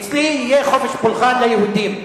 אצלי יהיה חופש פולחן ליהודים.